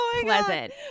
pleasant